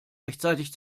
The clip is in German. rechtzeitig